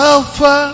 Alpha